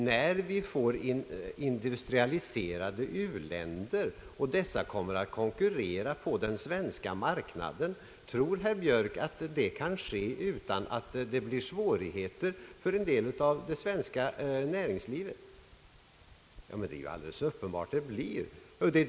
När vi får industrialiserade u-länder och dessa kommer att konkurrera på den svenska marknaden, tror herr Björk då att det kan ske utan att det uppstår svårigheter för det svenska näringslivet? Det är alldeles uppenbart att det blir svårigheter!